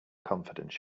confidence